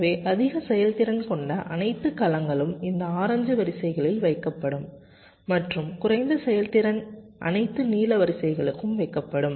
எனவே அதிக செயல்திறன் கொண்ட அனைத்து கலங்களும் இந்த ஆரஞ்சு வரிசைகளில் வைக்கப்படும் மற்றும் குறைந்த செயல்திறன் அனைத்தும் நீல வரிசைகளுக்கு வைக்கப்படும்